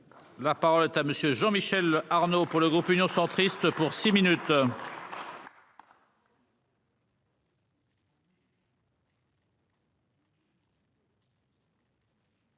La parole est à monsieur Jean Michel Arnaud pour le groupe Union centriste pour six minutes.